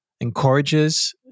encourages